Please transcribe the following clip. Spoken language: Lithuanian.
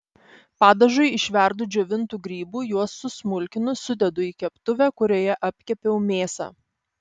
padažui išverdu džiovintų grybų juos susmulkinu sudedu į keptuvę kurioje apkepiau mėsą